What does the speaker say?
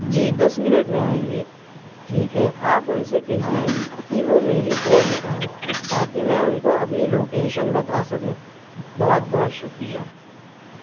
جی دس منٹ میں آئیں گے ٹھیک ہے آپ ان سے کہیے کہ وہ میری کال اٹھائیں تاکہ میں ان کو اپنی لوکیشن بتا سکوں بہت بہت شکریہ